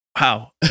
Wow